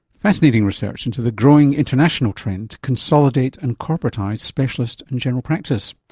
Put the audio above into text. fascinating research into the growing international trend to consolidate and corporatise specialist and general practice.